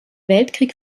weltkrieg